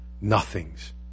nothings